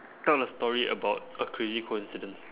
tell a story about a crazy coincidence